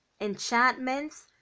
enchantments